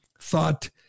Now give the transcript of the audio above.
thought